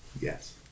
Yes